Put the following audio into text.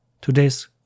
Today's